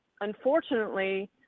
unfortunately